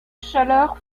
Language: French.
chaleur